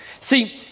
See